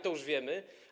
To już wiemy.